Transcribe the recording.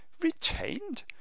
retained